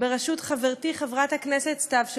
בראשות חברתי חברת הכנסת סתיו שפיר.